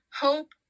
hope